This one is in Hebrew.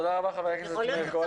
תודה רבה, חבר הכנסת מאיר כהן.